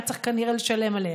היה צריך כנראה לשלם עליהם.